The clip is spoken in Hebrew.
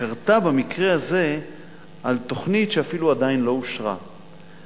קרתה במקרה הזה על תוכנית שאפילו לא אושרה עדיין,